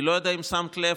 כי אני לא יודע אם שמת לב,